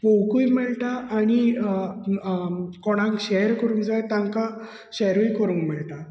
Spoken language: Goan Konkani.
पळोवंकूय मेळटा आनी कोणांक शेर करूंक जाय तांका शेरूय करूंक मेळटा